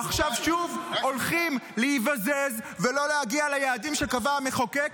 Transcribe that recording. עכשיו שוב הולכים להיבזז ולא להגיע ליעדים שקבע המחוקק.